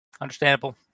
Understandable